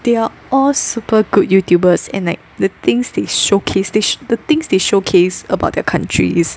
they are all super good youtubers and like the things they showcase the things they showcase about their countries is